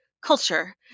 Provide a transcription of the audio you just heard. culture